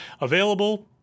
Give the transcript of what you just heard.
available